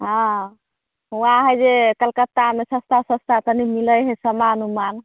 हँ हुआँ है जे कलकत्ता मे सस्ता सस्ता कनी मिलै है समान उमान